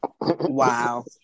wow